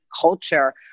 culture